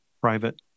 private